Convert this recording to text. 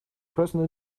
person